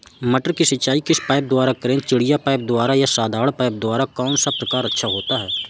मटर की सिंचाई किस पाइप द्वारा करें चिड़िया पाइप द्वारा या साधारण पाइप द्वारा कौन सा प्रकार अच्छा होता है?